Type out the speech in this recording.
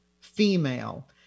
female